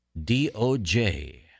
DOJ